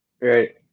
Right